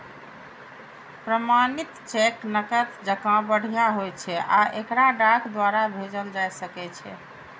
प्रमाणित चेक नकद जकां बढ़िया होइ छै आ एकरा डाक द्वारा भेजल जा सकै छै